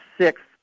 sixth